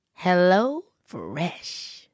HelloFresh